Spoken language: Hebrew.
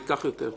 זה יהיה יותר קצר.